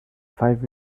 five